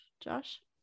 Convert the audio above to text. Josh